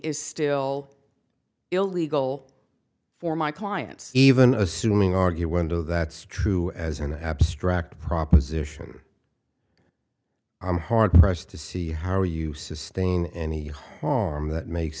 is still illegal for my clients even assuming argue window that's true as an abstract proposition i'm hard pressed to see how you sustain any harm that makes